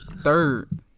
Third